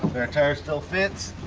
tire still fits